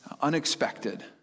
unexpected